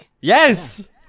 Yes